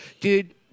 dude